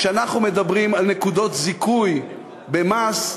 כשאנחנו מדברים על נקודות זיכוי במס,